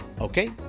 Okay